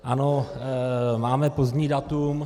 Ano, máme pozdní datum.